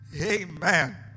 Amen